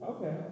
Okay